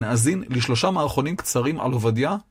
נאזין לשלושה מערכונים קצרים על עובדיה